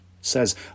says